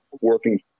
working